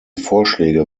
vorschläge